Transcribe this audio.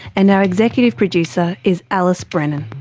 and our executive producer is alice brennan.